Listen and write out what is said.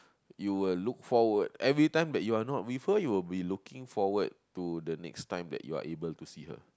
you will look forward every time that you are not with her you will be looking forward to the next time that you are able to see her